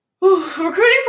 Recruiting